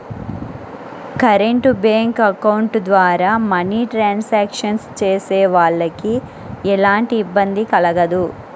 current bank account ద్వారా money transactions చేసేవాళ్ళకి ఎలాంటి ఇబ్బంది కలగదు